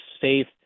safe